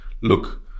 look